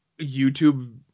youtube